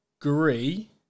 agree